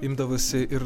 imdavosi ir